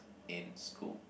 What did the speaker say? in school